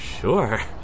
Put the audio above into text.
Sure